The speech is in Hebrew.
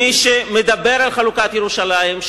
מי שמדבר על חלוקת ירושלים,